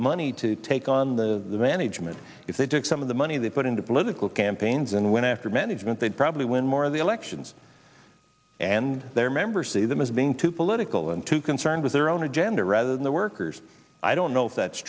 money to take on the management if they took some of the money they put into political campaigns and went after management they'd probably win more of the elections and their members see them as being too political and too concerned with their own agenda rather than the workers i don't know if that's